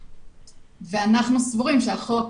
ואנחנו סבורים שהחוק